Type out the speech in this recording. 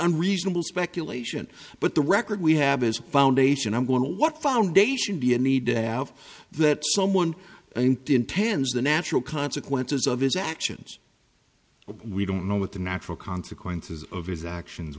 reasonable speculation but the record we have is a foundation i'm going to what foundation be a need to have that someone intends the natural consequences of his actions but we don't know what the natural consequences of his actions